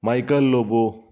Michael Lobo